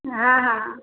હા હા